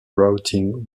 routing